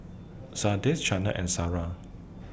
Sanders Chaney and Sarrah